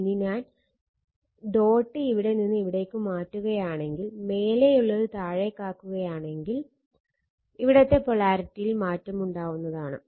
ഇനി ഞാൻ ഡോട്ട് ഇവിടെ നിന്ന് ഇവിടേക്ക് മാറ്റുകയാണെങ്കിൽ മേലെയുള്ളത് താഴേക്കാക്കുകയാണെങ്കിൽ ഇവിടത്തെ പൊളാരിറ്റിയിൽ മാറ്റമുണ്ടാവുന്നതാണ്